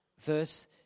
verse